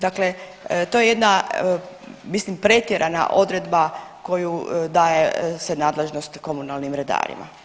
Dakle, to je jedna mislim pretjerana odredba koju daje se nadležnost komunalnim redarima.